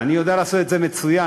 אני יודע לעשות את זה מצוין,